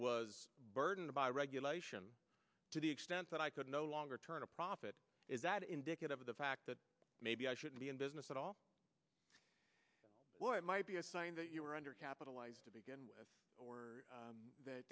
was burdened by regulation to the extent that i could no longer turn a profit is that indicative of the fact that maybe i shouldn't be in business at all boy it might be a sign that you were under capitalized to begin with or that